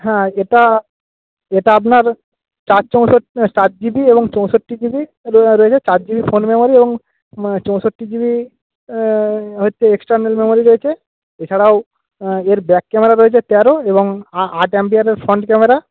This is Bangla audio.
হ্যাঁ এটা এটা আপনার চার চৌষট্টি চার জিবি এবং চৌষট্টি জিবি চার জিবি ফোন মেমোরি এবং চৌষট্টি জিবি হচ্ছে এক্সটার্নাল মেমোরি রয়েছে এছাড়াও এর ব্যাক ক্যামেরা রয়েছে তেরো এবং আ আট এমপিআরের ফ্রন্ট ক্যামেরা